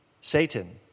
Satan